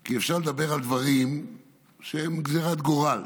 כי אפשר לדבר על דברים שהם גזרת גורל,